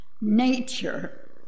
nature